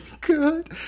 good